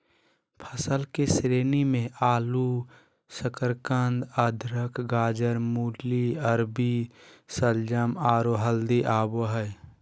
फसल के श्रेणी मे आलू, शकरकंद, अदरक, गाजर, मूली, अरबी, शलजम, आरो हल्दी आबो हय